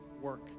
work